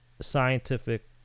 scientific